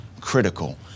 critical